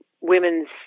women's